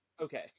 Okay